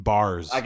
Bars